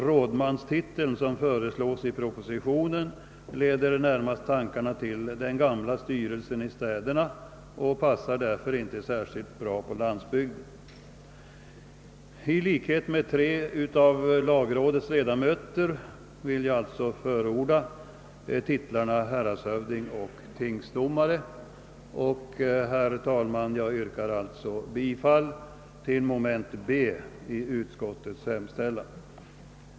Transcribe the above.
Rådmanstiteln, som föreslås i propositionen, leder närmast tankarna till den gamla styrelsen i städerna och passar därför inte särskilt bra på landsbygden. I likhet med tre av lagrådets ledamöter vill jag därför förorda titlarna häradshövding och tingsdomare. Herr talman! Jag yrkar alltså bifall till utskottets hemställan under B.